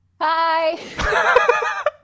Hi